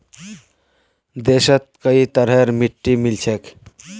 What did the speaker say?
देशत कई तरहरेर मिट्टी मिल छेक